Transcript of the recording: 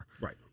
right